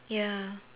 ya